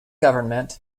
government